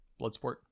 bloodsport